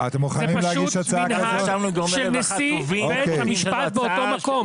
זה פשוט מנהג של נשיא בית המשפט באותו מקום.